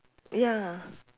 ya